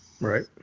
Right